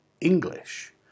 English